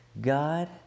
God